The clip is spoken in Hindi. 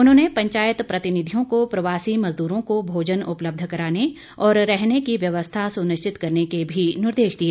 उन्होंने पंचायत प्रतिनिधियों को प्रवासी मजदूरों को भोजन उपलब्ध कराने और रहने की व्यवस्था सुनिश्चित करने के भी निर्देश दिए